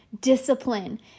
discipline